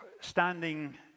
standing